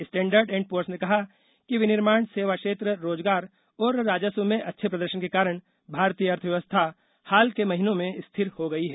standard and Poor's ने कहा कि विनिर्माण सेवा क्षेत्र रोजगार और राजस्व में अच्छे प्रदर्शन के कारण भारतीय अर्थव्यवस्था हाल के महीनों में स्थिर हो गई है